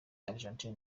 argentine